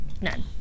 None